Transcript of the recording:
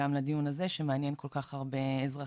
לדיון הזה שמעניין כל כך הרבה אזרחים,